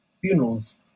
funerals